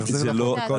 תחזרי לפרוטוקול ותיראי.